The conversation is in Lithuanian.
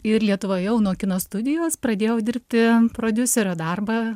ir lietuvoj jau nuo kino studijos pradėjau dirbti prodiuserio darbą